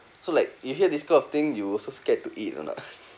so like if you have this kind of thing you also scared to eat or not